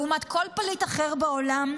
לעומת כל פליט אחר בעולם,